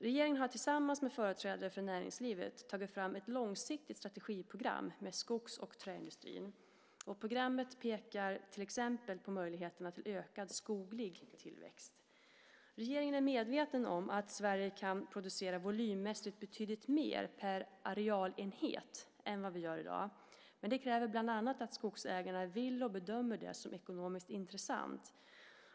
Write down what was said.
Regeringen har tillsammans med företrädare för näringslivet tagit fram ett långsiktigt strategiprogram med skogs och träindustrin. Programmet pekar till exempel på möjligheterna till ökad skoglig tillväxt. Regeringen är medveten om att Sverige kan producera volymmässigt betydligt mer per arealenhet än vad vi gör i dag, men det kräver bland annat att skogsägarna vill och bedömer det som ekonomiskt intressant.